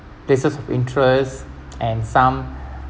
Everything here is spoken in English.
places of interest and some